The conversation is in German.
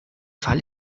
fall